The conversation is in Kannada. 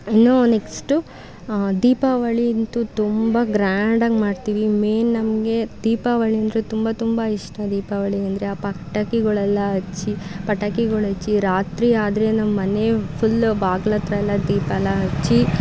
ಇನ್ನು ನೆಕ್ಸ್ಟು ದೀಪಾವಳಿ ಅಂತೂ ತುಂಬ ಗ್ರ್ಯಾಂಡಾಗಿ ಮಾಡ್ತೀವಿ ಮೇಯ್ನ್ ನಮಗೆ ದೀಪಾವಳಿ ಅಂದರೆ ತುಂಬ ತುಂಬ ಇಷ್ಟ ದೀಪಾವಳಿ ಅಂದರೆ ಆ ಪಟಾಕಿಗಳೆಲ್ಲ ಹಚ್ಚಿ ಪಟಾಕಿಗಳು ಹಚ್ಚಿ ರಾತ್ರಿ ಆದರೆ ನಮ್ಮ ಮನೆ ಫುಲ್ ಬಾಗಿಲು ಹತ್ರ ಎಲ್ಲ ದೀಪ ಎಲ್ಲ ಹಚ್ಚಿ